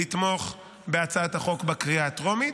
לתמוך בהצעת החוק בקריאה הטרומית.